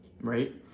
right